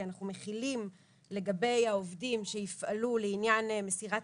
כי אנחנו מחילים לגבי העובדים שיפעלו לעניין מסירת